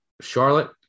Charlotte